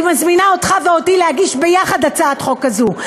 אני מזמינה אותך ואותי להגיש יחד הצעת חוק כזאת,